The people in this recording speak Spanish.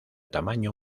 tamaño